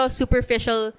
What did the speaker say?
superficial